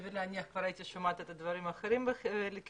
סביר להניח שהייתי שומעת דברים אחרים לכיווני.